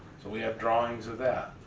so, we have drawings of that.